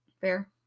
Fair